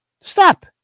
Stop